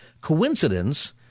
coincidence